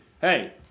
Hey